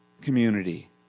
community